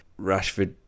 Rashford